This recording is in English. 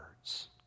words